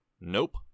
nope